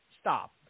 stop